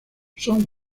son